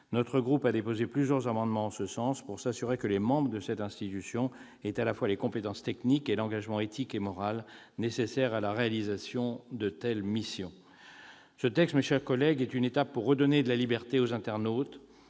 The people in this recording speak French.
Notre groupe a déposé plusieurs amendements en ce sens, pour s'assurer que les membres de cette institution aient à la fois les compétences techniques et l'engagement éthique et moral nécessaires à la réalisation de telles missions. Ce texte, mes chers collègues, est une étape pour redonner de la liberté aux internautes.